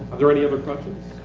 there any other questions?